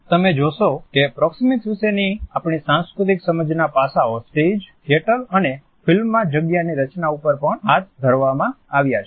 તમે જોશો કે પ્રોક્સિમીક્સ વિશેની આપણી સાંસ્કૃતિક સમજના પાસાંઓ સ્ટેજ થિયેટરમાં અને ફિલ્મમાં જગ્યાની રચના ઉપર પણ હાથ ધરવામાં આવ્યા છે